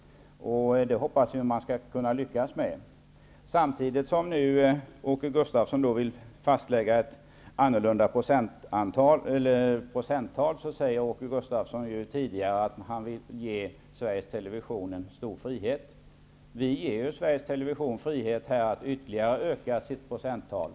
Det hoppas jag att man skall lyckas med. Samtidigt som Åke Gustavsson vill fastlägga en annan procentandel säger han att han vill ge Sveriges Television en stor frihet. Vi ger i och med detta Sveriges Television frihet att ytterligare öka procentandelen.